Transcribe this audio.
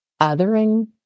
othering